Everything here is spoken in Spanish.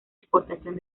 exportación